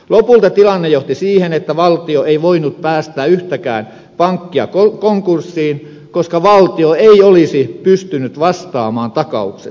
lopulta tilanne johti siihen että valtio ei voinut päästää yhtäkään pankkia konkurssiin koska valtio ei olisi pystynyt vastaamaan takauksestaan